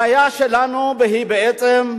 הבעיה שלנו היא בעצם,